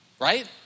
right